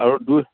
আৰু দুই